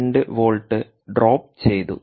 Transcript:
2 volt drop ചെയ്തു